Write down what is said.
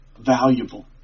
valuable